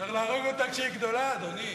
צריך להרוג אותה כשהיא גדולה, אדוני.